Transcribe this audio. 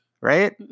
right